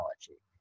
technology